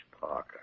Parker